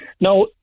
Now